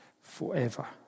forever